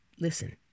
listen